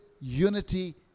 unity